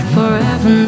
Forever